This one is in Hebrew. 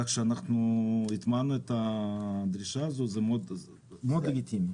הטמענו את הדרישה, זה לגיטימי מאוד.